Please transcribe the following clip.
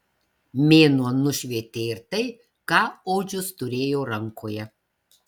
mėnuo nušvietė ir tai ką odžius turėjo rankoje